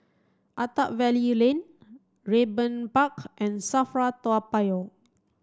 Attap Valley Lane Raeburn Park and SAFRA Toa Payoh